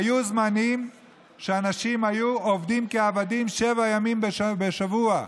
היו זמנים שאנשים היו עובדים כעבדים שבעה ימים בשבוע.